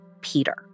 Peter